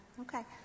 Okay